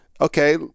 okay